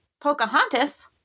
Pocahontas